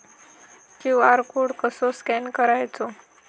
QR code कसो scan करायचो?